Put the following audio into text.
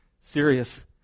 serious